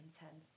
intense